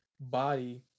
body